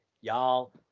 y'all